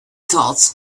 thought